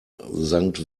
vincent